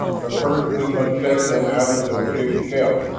but first we must shake them out of their ship-shell.